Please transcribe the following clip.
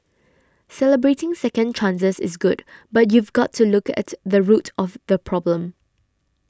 celebrating second chances is good but you've got to look at the root of the problem